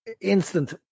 instant